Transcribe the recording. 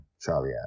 Charlie